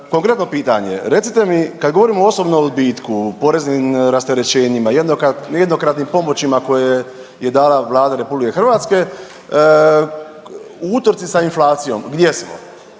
Konkretno pitanje, recite mi kad govorimo o osobnom odbitku, poreznim rasterećenjima, jednokratnim pomoćima koje je dala Vlada RH u utrci sa inflacijom gdje smo?